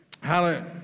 Hallelujah